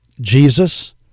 Jesus